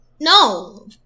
No